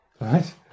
Right